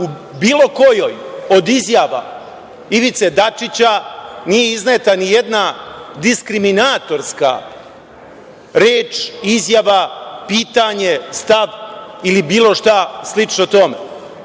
u bilo kojoj od izjava Ivice Dačića, nije izneta ni jedna diskriminatorska reč, izjava, pitanje, stav ili bilo šta slično tome? Da